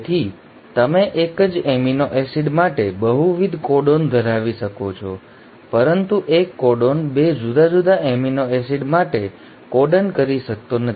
તેથી તમે એક જ એમિનો એસિડ માટે બહુવિધ કોડોન ધરાવી શકો છો પરંતુ એક કોડોન ૨ જુદા જુદા એમિનો એસિડ માટે કોડન કરી શકતો નથી